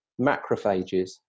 macrophages